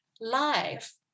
life